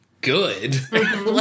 good